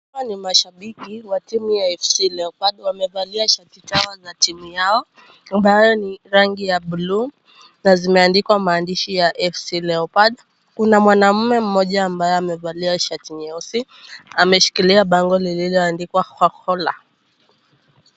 Hawa ni mashabiki wa timu ya FC Leopards. Wamevalia shati sawa na timu yao ambayo ni rangi ya buluu, na zimeandikwa maandishi ya FC Leopards. Kuna mwanaume mmoja ambaye amevalia shati nyeusi, ameshikilia bango lililoandikwa khwakhola.